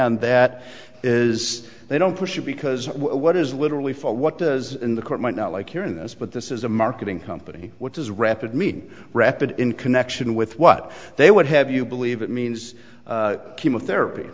and that is they don't push it because what is literally for what does in the court might not like hearing this but this is a marketing company which is rapid mean rapid in connection with what they would have you believe it means chemotherapy